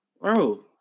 bro